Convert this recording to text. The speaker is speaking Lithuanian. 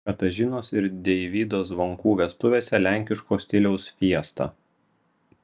katažinos ir deivydo zvonkų vestuvėse lenkiško stiliaus fiesta